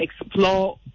explore